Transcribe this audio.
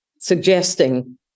suggesting